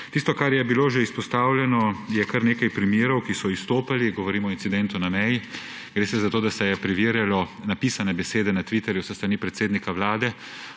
Tisto, kar je že bilo izpostavljeno – je kar nekaj primerov, ki so izstopali – govorim o incidentu na meji. Gre za to, da se je preverjalo napisane besede na Twitterju s strani predsednika Vlade,